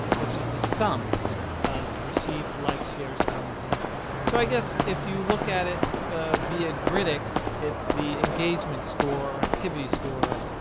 which is the sum of received likes, shares, comments. and so i guess if you look at it via grytics, its the engagement score or activity score,